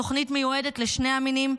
התוכנית מיועדת לשני המינים,